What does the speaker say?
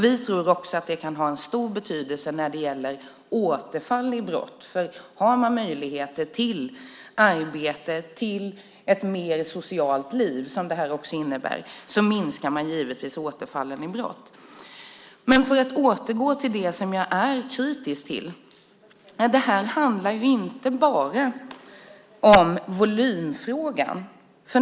Vi tror också att det kan ha stor betydelse när det gäller återfall i brott. Om människor har möjligheter till arbete och till ett mer socialt liv som det här innebär minskar man givetvis återfallen i brott. För att återgå till det som jag är kritisk till handlar inte det här bara om volymfrågan.